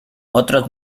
otros